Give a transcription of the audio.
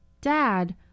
Dad